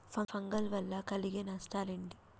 Fungal వల్ల కలిగే నష్టలేంటి?